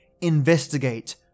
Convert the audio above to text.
investigate